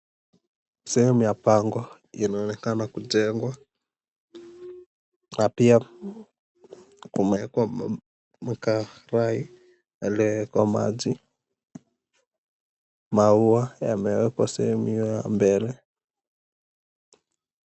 Sehemu ya pango inaonekana kujengwa na pia kumewekwa makarai yaliyowekwa maji. Maua yamewekwa sehemu hiyo ya mbele.